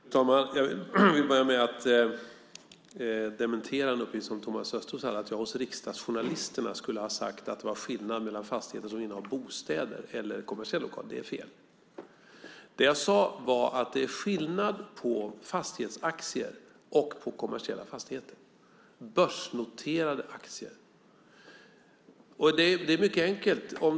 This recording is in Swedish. Fru talman! Jag vill börja med att dementera en uppgift från Thomas Östros, nämligen att jag till riksdagsjournalisterna skulle ha sagt att det fanns skillnader mellan fastigheter som innehåller bostäder och fastigheter som innehåller kommersiella lokaler. Det är fel. Det jag sade var att det är skillnad på börsnoterade fastighetsaktier och kommersiella fastigheter. Det är mycket enkelt.